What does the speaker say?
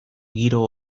giro